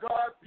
God